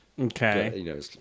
Okay